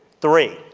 three,